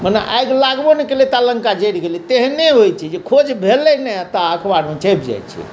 मने आगि लगबो नहि केलै ता लङ्का जरि गेलै तेहने होइ छै जे खोज भेलै नहि ता अखबारमे छपि जाइ छै